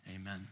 Amen